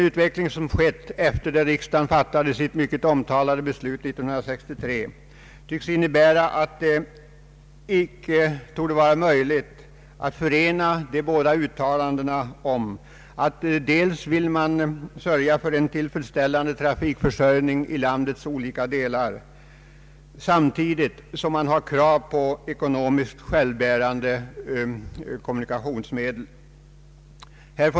Utvecklingen efter det riksdagen fattade sitt mycket omtalade beslut 1963 tycks innebära att det icke torde vara möjligt att förena de båda uttalandena om att man vill trygga en tillfredsställande trafikförsörjning i landets olika delar samtidigt med att man har krav på ekonomiskt självbärande kommunikationsmedel.